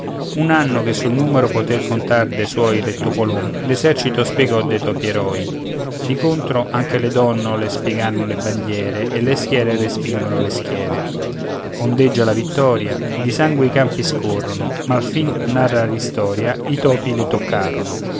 un anno che sul numero poté contar de suoi re topolon l'esercito spiegò dei topi eroi di contro anche le donnole spiegaron le bandiere e le schiere respingono le schiere ondeggia la vittoria di sangue i campi scorrono ma alfin narra l'istoria i topi le toccarono